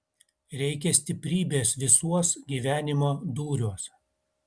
reikia stiprybės visuos gyvenimo dūriuos